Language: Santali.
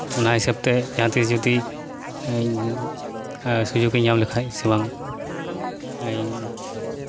ᱚᱱᱟ ᱦᱤᱥᱟᱹᱵᱛᱮ ᱡᱟᱦᱟᱸᱛᱤᱥ ᱡᱩᱫᱤ ᱤᱧ ᱥᱩᱡᱳᱜᱤᱧ ᱧᱟᱢ ᱞᱮᱠᱷᱟᱡ ᱥᱮ ᱵᱟᱝ ᱤᱧ